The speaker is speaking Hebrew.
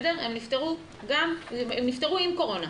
הם נפטרו עם קורונה.